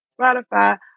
Spotify